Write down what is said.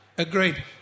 Agreed